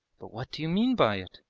but what d'you mean by it?